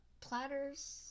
platters